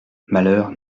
malheurs